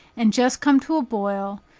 and just come to a boil,